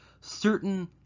certain